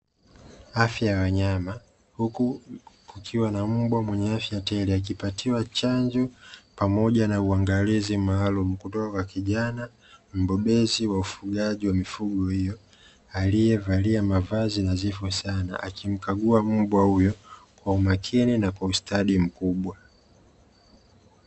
Afya ya wanyama huku kukiwa na mbwa mwenye afya tele akipatiwa chanjo pamoja na uangalizi maalumu, kutoka kwa kijana mbobezi wa mifugo hiyo aliyevalia mavazi nadhifu sana, akimkagua mbwa huyo kwa umakini na kwa ustadi mkubwa.